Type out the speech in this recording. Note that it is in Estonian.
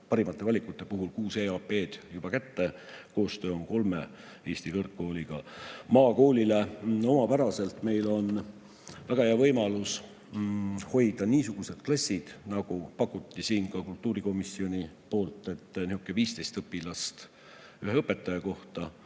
parimate valikute puhul 6 EAP-d juba kätte. Koostöö on kolme Eesti kõrgkooliga. Maakoolile omaselt meil on väga hea võimalus hoida niisugused klassid, nagu siin ka kultuurikomisjonis pakuti: umbes 15 õpilast ühe õpetaja kohta.